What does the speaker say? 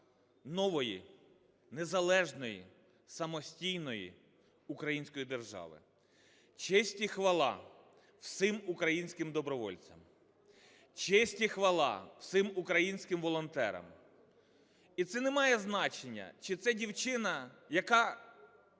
нової незалежної самостійної української держави. Честь і хвала всім українським добровольцям, честь і хвала всім українським волонтерам! І це не має значення, чи це дівчина, яка